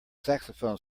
saxophone